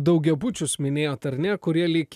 daugiabučius minėjot ar ne kurie lyg